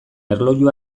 erloju